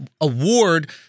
award